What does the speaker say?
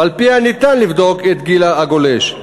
ועל-פיה ניתן לבדוק את גיל הגולש.